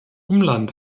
umland